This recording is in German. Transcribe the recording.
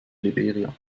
liberia